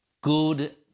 good